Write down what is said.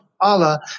Allah